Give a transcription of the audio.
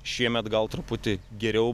šiemet gal truputį geriau